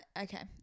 okay